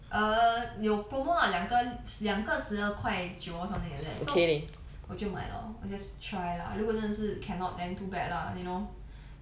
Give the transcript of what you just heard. err 有 promo lah 两个两个十二块九 or something like that 我就买 lor just try lah 如果真的是 cannot then too bad lah you know